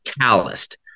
calloused